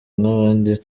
nk’abandi